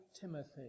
Timothy